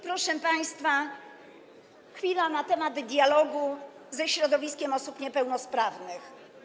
Proszę państwa, chwila na temat dialogu ze środowiskiem osób niepełnosprawnych.